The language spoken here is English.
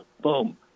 Boom